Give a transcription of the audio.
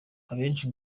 abenshi